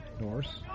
Norse